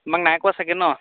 তোমাক নাই কোৱা চাগে ন